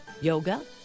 yoga